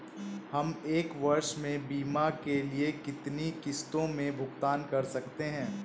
हम एक वर्ष में बीमा के लिए कितनी किश्तों में भुगतान कर सकते हैं?